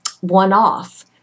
one-off